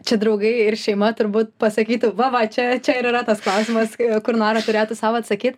čia draugai ir šeima turbūt pasakytų va va čia čia ir yra tas klausimas kur nora turėtų sau atsakyt